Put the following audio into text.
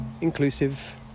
inclusive